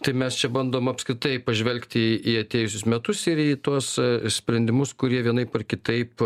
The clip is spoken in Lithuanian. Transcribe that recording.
tai mes čia bandom apskritai pažvelgti į atėjusius metus ir į tuos sprendimus kurie vienaip ar kitaip